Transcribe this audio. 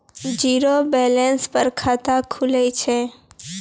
Zero balance पर खाता खुले छै?